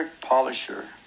Polisher